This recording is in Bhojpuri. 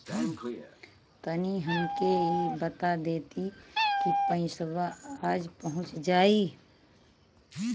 तनि हमके इ बता देती की पइसवा आज पहुँच जाई?